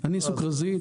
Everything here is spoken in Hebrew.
סוכרזית,